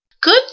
Good